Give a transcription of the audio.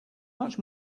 much